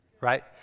Right